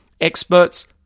experts